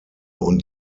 und